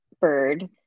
bird